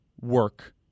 work